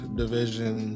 division